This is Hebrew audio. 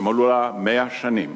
שמלאו לה 100 שנים.